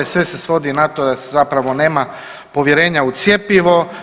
Sve se svodi na to da se zapravo nema povjerenja u cjepivo.